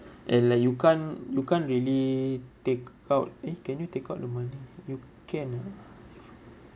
and like you can't you can't really take out eh can you take out the money you can ah